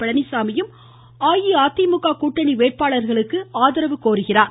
பழனிசாமியும் அஇஅதிமுக கூட்டணி வேட்பாளர்களுக்கு ஆதரவு கோருகிறார்